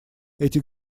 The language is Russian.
эти